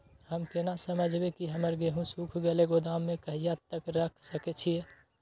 हम केना समझबे की हमर गेहूं सुख गले गोदाम में कहिया तक रख सके छिये?